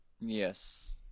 yes